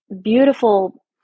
beautiful